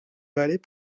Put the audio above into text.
ballet